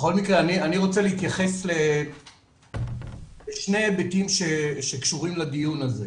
רוצה להתייחס לשני היבטים שקשורים לדיון הזה.